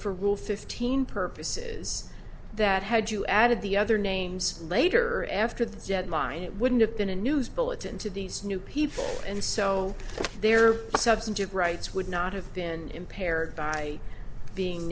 for rule fifteen purposes that had you added the other names later after the deadline it wouldn't have been a news bulletin to these new people and so there are substantive rights would not have been impaired by being